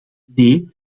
nee